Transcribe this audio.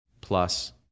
plus